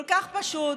כל כך פשוט,